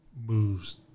moves